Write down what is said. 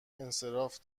انصراف